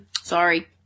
Sorry